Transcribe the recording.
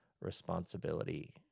responsibility